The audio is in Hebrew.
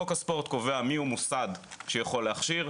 חוק הספורט קובע מיהו מוסד שיכול להכשיר,